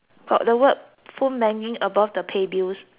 phone banking above the pay bills